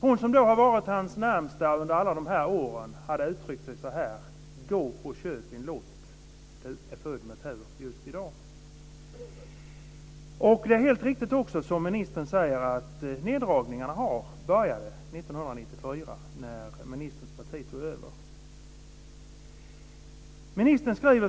Hon som har varit hans närmaste under alla de här åren, uttryckte sig så här: Gå och köp en lott. Du är född med tur just i dag. Det är riktigt som justitieministern att neddragningarna började 1994, när justitieministerns parti tog över.